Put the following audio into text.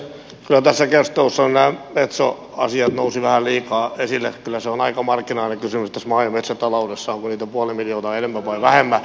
kyllä tässä keskustelussa nämä metso asiat nousivat vähän liikaa esille kyllä se on aika marginaalinen kysymys tässä maa ja metsätaloudessa onko niitä puoli miljoonaa enemmän tai vähemmän